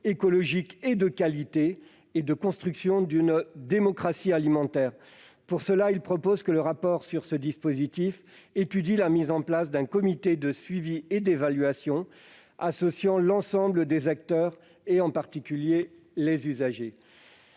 écologique, de qualité, et de construction d'une démocratie alimentaire. Pour cela, nous proposons que le rapport étudie la mise en place d'un comité de suivi et d'évaluation associant l'ensemble des acteurs, en particulier les usagers.